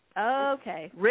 Okay